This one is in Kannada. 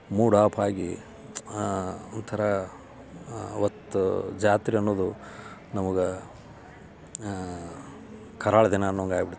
ಮೂಡ್ ಆಪ್ ಆಗಿ ಒಂಥರ ಅವತ್ತು ಜಾತ್ರೆ ಅನ್ನುವುದು ನಮಗೆ ಕರಾಳ ದಿನ ಅನ್ನೊಂಗೆ ಆಗ್ಬಿಡ್ತು